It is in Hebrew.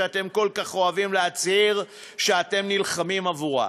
שאתם כל כך אוהבים להצהיר שאתם נלחמים עבורה.